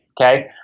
Okay